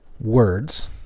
words